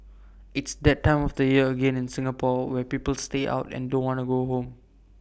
it's that time of the year again in Singapore where people stay out and don't wanna go home